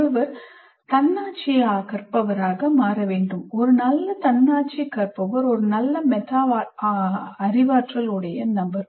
ஒருவர் தன்னாட்சி கற்பவர் ஆக மாற வேண்டும் ஒரு நல்ல தன்னாட்சி கற்பவர் ஒரு நல்ல மெட்டா அறிவாற்றல் உடைய நபர்